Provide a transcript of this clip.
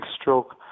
stroke